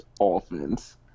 offense